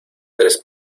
tres